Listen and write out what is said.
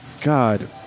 god